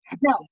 No